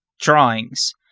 drawings